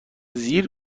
زیر